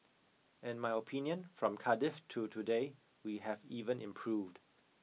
in my opinion from Cardiff to today we have even improved